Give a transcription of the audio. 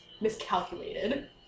miscalculated